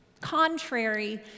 contrary